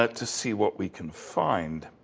but to see what we can find.